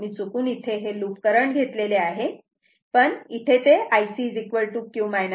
मी चुकून इथे हे लूप करंट घेतलेले आहे तर इथे ते Ic q y 14